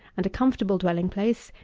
and a comfortable dwelling-place,